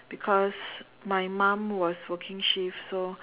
because my mom was working shifts so